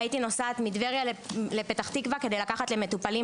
הייתי נוסעת מטבריה לפתח תקווה לקחת למטופלים